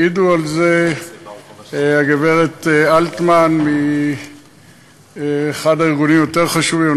תעיד על זה הגברת אלטמן מאחד הארגונים החשובים יותר,